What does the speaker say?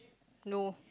no